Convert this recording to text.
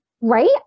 right